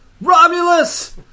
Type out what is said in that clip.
Romulus